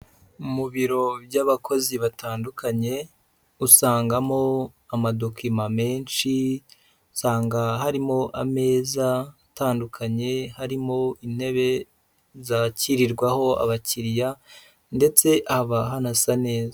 Mu biro by'abakozi batandukanye usangamo amadokima menshi, usanga harimo ameza atandukanye, harimo intebe zakirirwaho abakiriya ndetse haba hanasa neza.